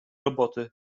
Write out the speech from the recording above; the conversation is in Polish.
roboty